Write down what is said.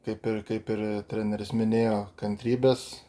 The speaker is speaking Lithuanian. kaip ir kaip ir treneris minėjo kantrybės